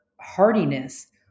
hardiness